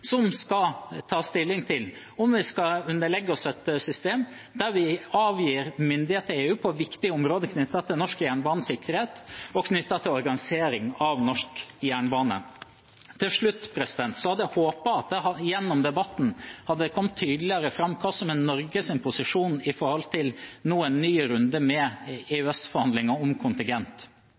som skal ta stilling til om vi skal underlegge oss et system der vi avgir myndighet til EU på viktige områder knyttet til norsk jernbanesikkerhet og knyttet til organisering av norsk jernbane. Til slutt: Jeg hadde håpet at det gjennom debatten hadde kommet tydeligere fram hva som er Norges posisjon nå med tanke på en ny runde med EØS-forhandlinger om kontingent.